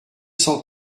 cent